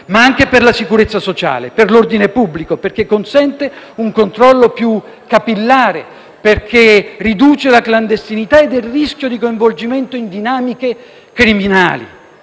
ma anche per la sicurezza sociale e l'ordine pubblico, consentendo un controllo più capillare e riducendo la clandestinità e il rischio di coinvolgimento in dinamiche criminali.